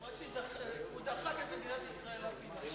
היא אמרה שהוא דחק את מדינת ישראל לפינה,